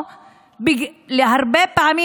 או הרבה פעמים,